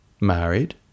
Married